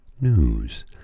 News